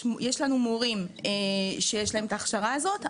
יש לנו מורים שיש להם את ההכשרה הזאת,